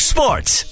Sports